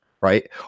right